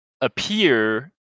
appear